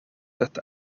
that